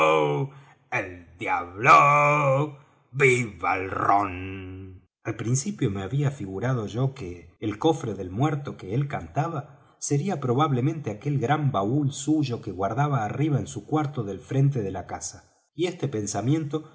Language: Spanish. el diablo viva el rom al principio me había yo figurado que el cofre del muerto que él cantaba sería probablemente aquel gran baúl suyo que guardaba arriba en su cuarto del frente de la casa y este pensamiento